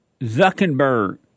Zuckerberg